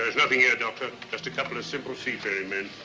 nothing here, doctor. just a couple of simple seafaring men.